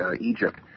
Egypt